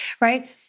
right—